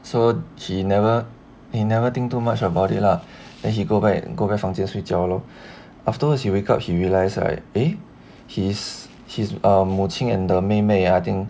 so he never he never think too much about it lah then he go back go back 房间睡觉 lor afterwards he wake up he realised right eh his his err 母亲 and the 妹妹 ah I think